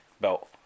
belt